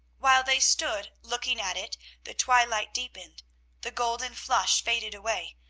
while they stood looking at it the twilight deepened the golden flush faded away.